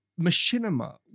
Machinima